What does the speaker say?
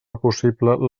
possible